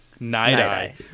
Night-Eye